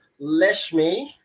leshmi